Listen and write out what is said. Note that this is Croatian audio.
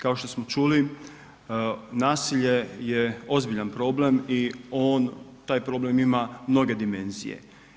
Kao što smo čuli nasilje je ozbiljan problem i on, taj problem ima mnoge dimenzije.